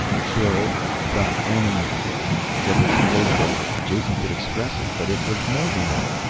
kill the enemy was as close as jason could express it. but it was more than that.